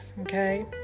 okay